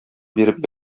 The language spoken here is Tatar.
биреп